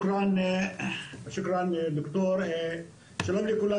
שלום לכולם.